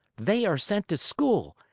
they are sent to school,